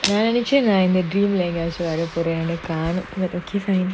then actually right in the dream right like I also just go there and the car the key thing